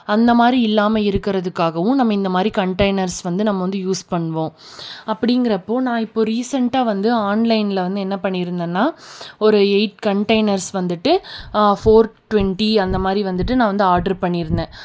அந்த மாதிரி இல்லாமல் இருக்கிறதுக்காவும் நம்ம இந்த மாதிரி கண்ட்டெயினர்ஸ் வந்து நம்ம வந்து யூஸ் பண்ணுவோம் அப்படிங்கிறப்போ நான் இப்போது ரீசண்ட்டாக வந்து ஆன்லைன்ல வந்து என்ன பண்ணியிருந்தேன்னா ஒரு எயிட் கண்ட்டெயினர்ஸ் வந்துட்டு ஃபோர் டுவெண்ட்டி அந்த மாதிரி வந்துட்டு நான் வந்து ஆடரு பண்ணியிருந்தேன்